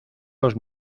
los